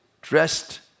dressed